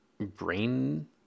brain